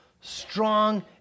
strong